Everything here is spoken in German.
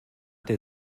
der